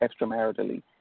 extramaritally